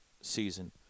season